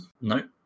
No